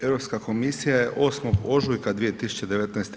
Europska komisija je 8. ožujka 2019.